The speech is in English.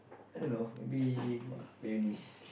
I don't know maybe mayonnaise